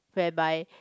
whereby